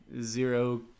zero